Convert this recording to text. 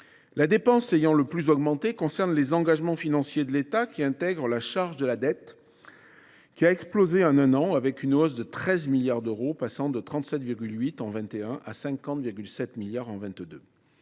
La dépense ayant le plus augmenté concerne les engagements financiers de l’État, qui intègrent la charge de la dette. Celle ci a explosé en un an, avec une hausse de 13 milliards d’euros, passant de 37,8 milliards d’euros